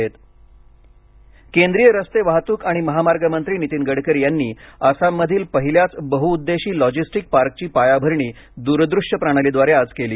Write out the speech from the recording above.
logistic park केंद्रीय रस्ते वाहतूक आणि महामार्ग मंत्री नीतीन गडकरी यांनी आसाममधील पहिल्याच बहुउद्देशी लॉजिस्टीक पार्कची पायाभरणी दूरदृश्य प्रणालीद्वारे आज केली